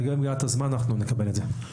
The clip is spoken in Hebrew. לגבי הזמן, אנחנו נקבל את זה.